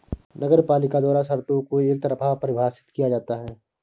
नगरपालिका द्वारा शर्तों को एकतरफा परिभाषित किया जाता है